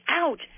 out